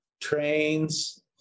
trains